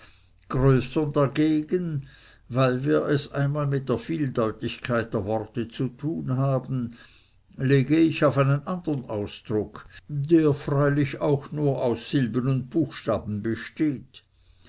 größern dagegen weil wir es einmal mit der vieldeutigkeit der worte zu tun haben lege ich auf einen andern ausdruck der freilich auch nur aus silben und buchstaben besteht